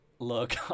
Look